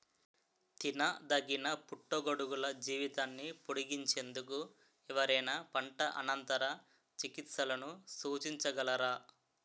తినదగిన పుట్టగొడుగుల జీవితాన్ని పొడిగించేందుకు ఎవరైనా పంట అనంతర చికిత్సలను సూచించగలరా?